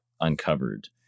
uncovered